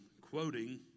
quoting